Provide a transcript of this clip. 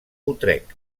utrecht